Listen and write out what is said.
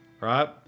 Right